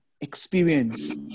experience